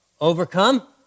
Overcome